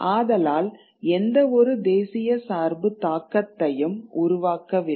ஆதலால் எந்தவொரு தேசிய சார்பு தாக்கத்தையும் உருவாக்கவில்லை